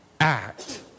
act